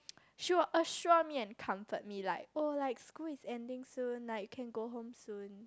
she will assure me and comfort me like oh like school is ending soon like you can go home soon